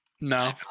No